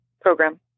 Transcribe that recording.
program